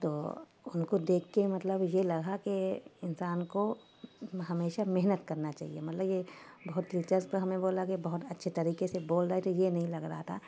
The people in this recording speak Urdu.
تو ان کو دیکھ کے مطلب یہ لگا کہ انسان کو ہمیشہ محنت کرنا چاہیے مطلب یہ بہت دلچسپ ہمیں وہ لگے بہت اچھی طریقے سے بول رہے تھے یہ نہیں لگ رہ تھا